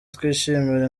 twishimira